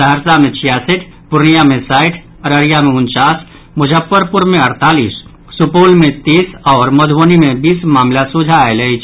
सहरसा मे छियासठि पूर्णियां मे साठ अररिया मे उनचास मुजफ्फरपुर मे अड़तालीस सुपौल मे तीस आओर मधुबनी मे बीस मामिला सोझा आयल अछि